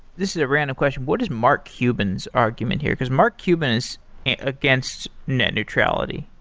this is a random question. what is mark cuban's argument here? because mark cuban is against net neutrality.